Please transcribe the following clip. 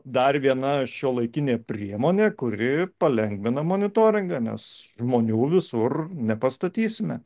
dar viena šiuolaikinė priemonė kuri palengvina monitoringą nes žmonių visur nepastatysime